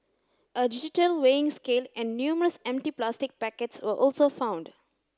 a digital weighing scale and numerous empty plastic packets were also found